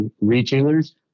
retailers